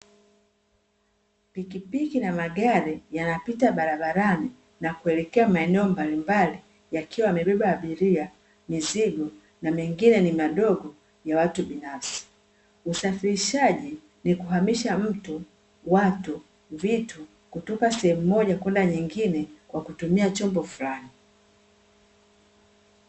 Pikipiki na magari yanapita barabarani na kuelekea maeneo mbalimbali yakiwa yamebeba abiria, mizigo, na mengine ni madogo ya watu binafsi. Usafirishaji ni kuhamisha mtu, watu, vitu, kutoka sehemu moja kwenda nyingine kwa kutumia chombo fulani.